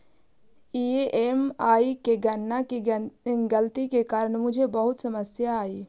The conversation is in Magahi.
ई.एम.आई की गणना की गलती के कारण मुझे बहुत समस्या आई